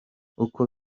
uko